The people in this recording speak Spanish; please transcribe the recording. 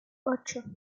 ocho